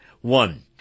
One